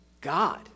God